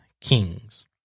kings